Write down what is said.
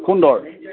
সুন্দৰ